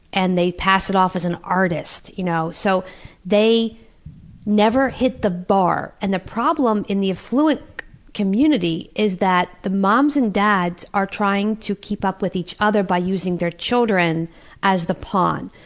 and they pass it off as an artist. you know so they never hit the bar, and the problem in the affluent community is that the moms and dads are trying to keep up with each other by using their children as the pawn.